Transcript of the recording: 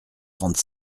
trente